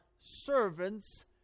servants